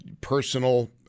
personal